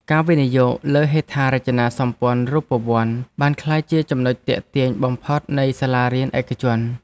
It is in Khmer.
ការវិនិយោគលើហេដ្ឋារចនាសម្ព័ន្ធរូបវន្តបានក្លាយជាចំណុចទាក់ទាញបំផុតនៃសាលារៀនឯកជន។